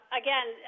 again